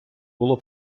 було